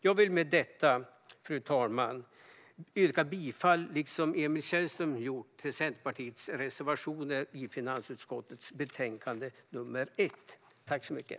Jag vill med detta, fru talman, yrka bifall, liksom Emil Källström har gjort, till Centerpartiets reservationer i finansutskottets betänkande nr 1.